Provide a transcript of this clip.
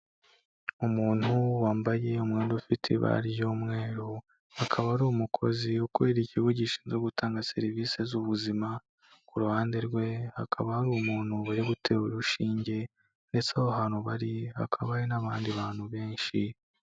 Umuntu wambaye umwenda ufite ibara ry'umweru, akaba ari umukozi ukorera ikigo gishinzwe gutanga serivisi z'ubuzima, ku ruhande rwe hakaba hari umuntu bari gutera urushinge ndeste aho hantu bari hakaba hari n'abandi bantu benshi.